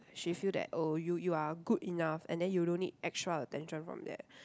she feel that oh you you are good enough and then you don't need extra attention from that